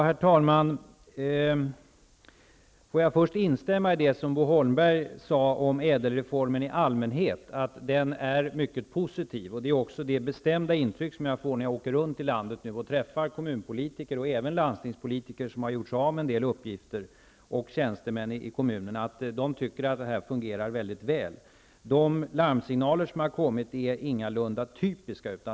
Herr talman! Jag vill först instämma i det Bo Holmberg sade om ÄDEL-reformen i allmänhet. Den är positiv. När jag nu har åkt runt i landet och träffat kommun och landstingspolitiker -- som har blivit av med en del uppgifter -- och tjänstemän har jag fått det bestämda intrycket att de anser att reformen fungerar väl. De larmsignaler som har kommit fram är ingalunda typiska.